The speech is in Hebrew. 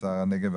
שר הנגב,